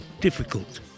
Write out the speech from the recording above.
difficult